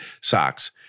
socks